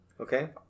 Okay